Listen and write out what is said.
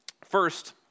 First